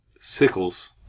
Sickles